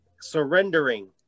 surrendering